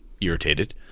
irritated